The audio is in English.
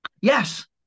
Yes